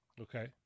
Okay